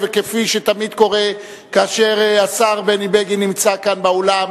כפי שתמיד קורה כאשר השר בני בגין נמצא כאן באולם,